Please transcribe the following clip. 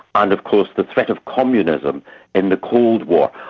and of course the threat of communism in the cold war.